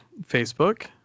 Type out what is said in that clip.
Facebook